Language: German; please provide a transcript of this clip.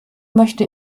möchte